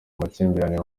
amakimbirane